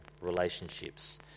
relationships